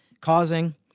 causing